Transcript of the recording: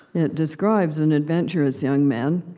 it describes an adventurous young man,